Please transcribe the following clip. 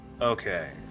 Okay